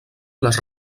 les